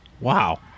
Wow